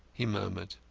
he murmured.